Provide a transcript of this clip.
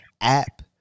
app